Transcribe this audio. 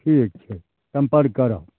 ठीक छै सम्पर्क करब